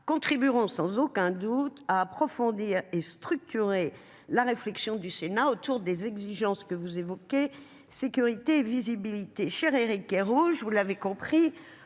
contribueront sans aucun doute approfondir et structurer la réflexion du Sénat autour des exigences que vous évoquez sécurité visibilité cher Éric Kerrouche vous l'avez compris,